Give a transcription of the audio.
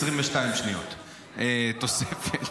22 שניות תוסיף לי.